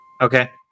okay